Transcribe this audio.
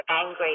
angry